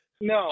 no